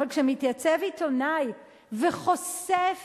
אבל כשמתייצב עיתונאי וחושף